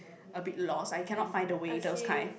a bit lost I cannot find the way those kind